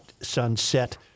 sunset